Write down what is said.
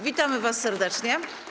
Witamy was serdecznie.